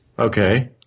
Okay